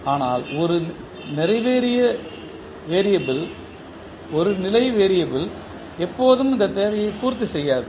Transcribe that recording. ஆனால் ஒரு நிலைவேறியபிள் எப்போதும் இந்த தேவையை பூர்த்தி செய்யாது